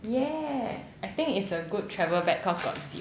yeah I think it's a good travel bag cause got zip